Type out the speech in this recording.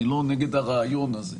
אני לא נגד הרעיון הזה.